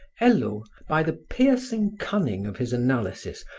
hello, by the piercing cunning of his analysis,